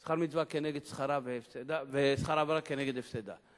הפסד מצווה כנגד שכרה ושכר עבירה כנגד הפסדה.